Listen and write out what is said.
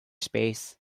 space